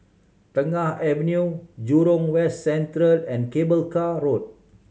Tengah Avenue Jurong West Central and Cable Car Road